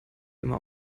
immer